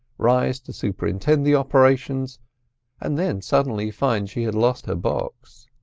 rise to superintend the operations and then suddenly find she had lost her box.